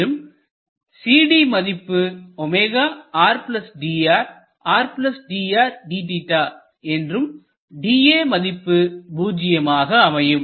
மேலும் CD மதிப்பு என்றும் DA மதிப்பு பூஜ்ஜியமாக அமையும்